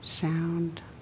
sound